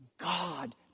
God